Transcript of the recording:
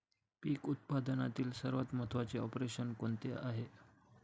पीक उत्पादनातील सर्वात महत्त्वाचे ऑपरेशन कोणते आहे?